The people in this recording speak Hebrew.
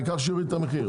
העיקר שיורידו את המחיר,